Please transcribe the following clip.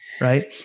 Right